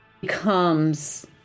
becomes